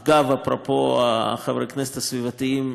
אגב, אפרופו חברי הכנסת הסביבתיים,